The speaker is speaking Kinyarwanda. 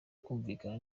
kumvikana